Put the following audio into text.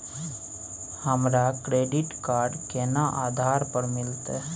हमरा credit card केना आधार पर मिलते?